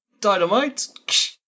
dynamite